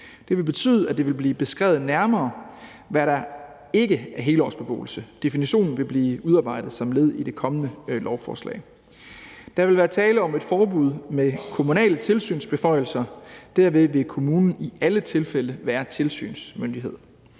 Det vil betyde, at det vil blive beskrevet nærmere, hvad der ikke er helårsbeboelse. Definitionen vil blive udarbejdet som led i det kommende lovforslag. Der vil være tale om et forbud med kommunale tilsynsbeføjelser, og derved vil kommunen i alle tilfælde være tilsynsmyndighed.